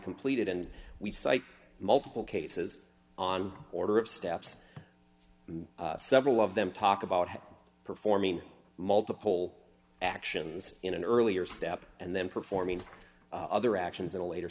completed and we cite multiple cases on order of steps and several of them talk about performing multiple actions in an earlier step and then performing other actions in a later